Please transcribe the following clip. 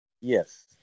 Yes